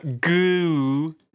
Goo